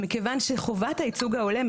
מפני שחובת הייצוג ההולם,